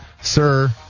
Sir